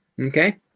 Okay